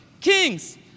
Kings